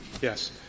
Yes